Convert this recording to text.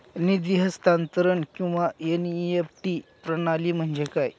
निधी हस्तांतरण किंवा एन.ई.एफ.टी प्रणाली म्हणजे काय?